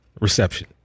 reception